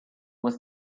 was